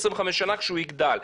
25 שנה כשהוא יגדל.